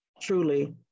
truly